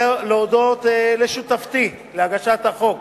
להודות לשותפתי להגשת החוק,